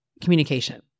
communication